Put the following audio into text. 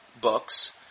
books